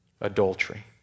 adultery